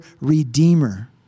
redeemer